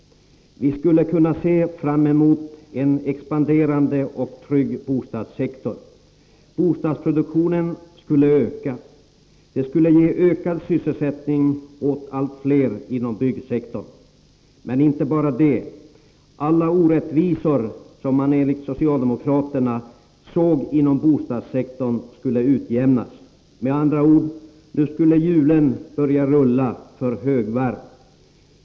Vi skulle kunna se fram emot en expanderande och trygg bostadssektor. Bostadsproduktionen skulle öka, vilket i sin tur skulle ge sysselsättning åt allt fler inom byggsektorn. Men inte bara det, alla orättvisor som enligt socialdemokraterna fanns inom bostadssektorn skulle utjämnas. Nu skulle med andra ord hjulen börja rulla för högvarv.